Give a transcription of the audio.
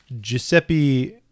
Giuseppe